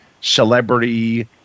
celebrity